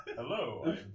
Hello